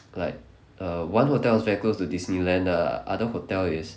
like err one hotel is very close to Disneyland ah other hotel is